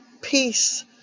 peace